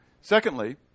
Secondly